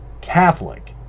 Catholic